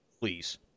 Please